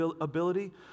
ability